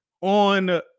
on